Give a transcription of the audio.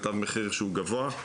תו מחיר שהוא גבוה,